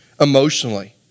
emotionally